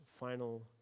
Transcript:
final